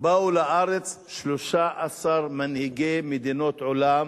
באו לארץ 13 מנהיגי מדינות עולם